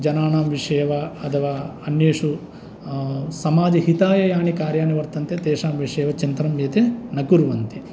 जनानां विषये वा अथवा अन्येषु समाजहिताय यानि कार्याणि वर्तन्ते तेषां विषये चिन्तनं एते न कुर्वन्ति